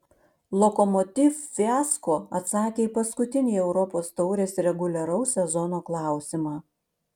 lokomotiv fiasko atsakė į paskutinį europos taurės reguliaraus sezono klausimą